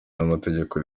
n’amategeko